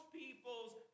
people's